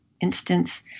instance